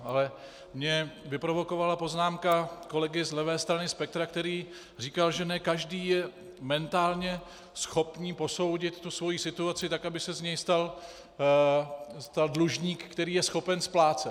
Ale mě vyprovokovala poznámka kolegy z levé strany spektra, který říkal, že ne každý je mentálně schopný posoudit tu svoji situaci tak, aby se z něho nestal dlužník, který je schopen splácet.